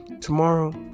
tomorrow